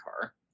car